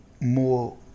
More